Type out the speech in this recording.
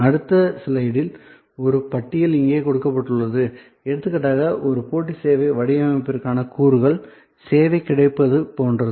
அடுத்த ஸ்லைடில் ஒரு பட்டியல் இங்கே கொடுக்கப்பட்டுள்ளது எடுத்துக்காட்டாக ஒரு போட்டி சேவை வடிவமைப்பிற்கான கூறுகள் சேவை கிடைப்பது போன்றது